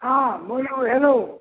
हँ बोलू हेलो